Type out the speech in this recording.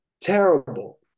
Terrible